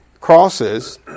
crosses